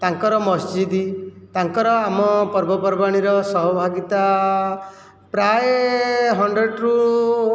ତାଙ୍କର ମସଜିଦ ତାଙ୍କର ଆମ ପର୍ବପର୍ବାଣିର ସହଭାଗିତା ପ୍ରାୟ ହଣ୍ଡ୍ରେଡ୍ରୁ